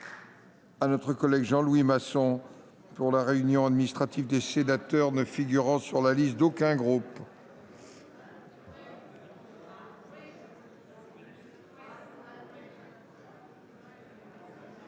parole est à M. Jean Louis Masson, pour la réunion administrative des sénateurs ne figurant sur la liste d'aucun groupe.